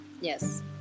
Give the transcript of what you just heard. Yes